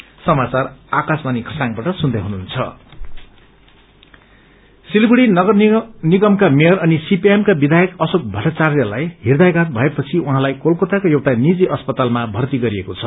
mayor Siliguri नगरनिगमका mayor अनि सीपीआइएमका विधायक अशोक भट्टाचार्यलाई हदयचात भएपछि उहाँलाई कलकताको एउटा निजी अस्पतालमा पर्ती गरिएको छ